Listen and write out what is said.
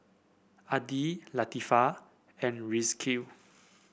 Adi Latifa and Rizqi